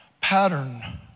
pattern